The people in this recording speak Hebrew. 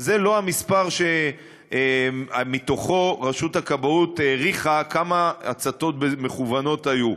אבל זה לא המספר שמתוכו רשות הכבאות העריכה כמה הצתות מכוונות היו,